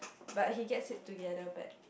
but he gets it together back